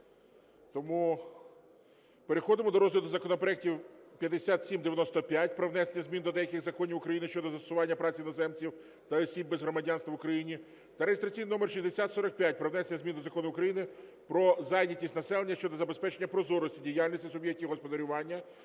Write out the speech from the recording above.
Тому переходимо до розгляду законопроектів. 5795: про внесення змін до деяких законів України щодо застосування праці іноземців та осіб без громадянства в Україні. Та реєстраційний номер 6045: про внесення змін до Закону України "Про зайнятість населення" щодо забезпечення прозорості діяльності суб'єктів господарювання,